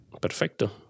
Perfecto